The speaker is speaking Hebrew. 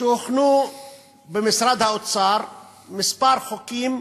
שהוכנו במשרד האוצר כמה